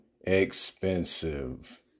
expensive